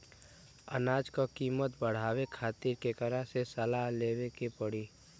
अनाज क कीमत बढ़ावे खातिर केकरा से सलाह लेवे के पड़ी?